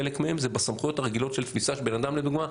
חלק מהם זה בסמכויות הרגילות של תפיסה של בן אדם לדוגמה.